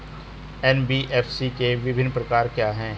NBFC के विभिन्न प्रकार क्या हैं?